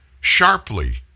Sharply